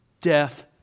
Death